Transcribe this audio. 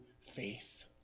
faith